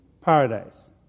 paradise